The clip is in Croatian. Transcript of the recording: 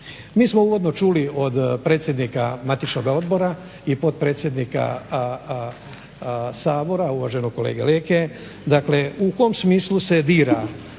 Mi smo uvodno čuli od predsjednika matičnog odbora i potpredsjednika Sabora, uvaženog kolege Leke, u kom smislu se dira